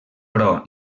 però